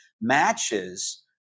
matches